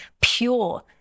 pure